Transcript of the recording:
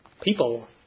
People